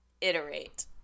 iterate